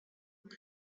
mar